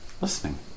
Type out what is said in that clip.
listening